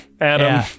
Adam